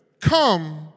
come